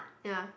ya